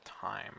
time